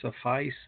suffice